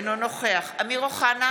אינו נוכח משה אבוטבול, אינו נוכח אמיר אוחנה,